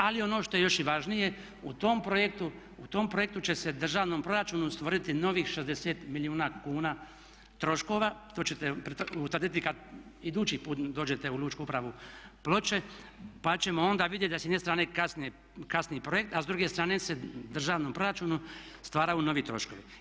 Ali i ono što je još i važnije u tom projektu će se u državnom proračunu stvoriti novih 60 milijuna kuna troškova to ćete utvrditi kada idući put dođete u lučku upravu Ploče pa ćemo onda vidjeti da s jedne strane kasni projekt a s druge strane se u državnom proračunu stvaraju novi troškovi.